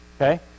Okay